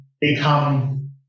become